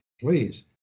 Please